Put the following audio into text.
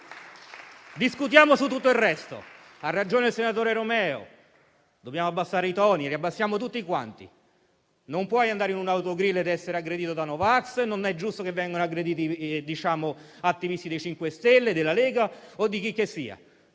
Discutiamo su tutto il resto. Ha ragione, senatore Romeo, quando dice che dobbiamo abbassare i toni. Abbassiamoli tutti quanti. Non puoi andare in un autogrill ed essere aggredito dai no vax e non è giusto che vengano aggrediti gli attivisti dei 5 Stelle, della Lega o di chicchessia.